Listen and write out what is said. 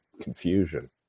confusion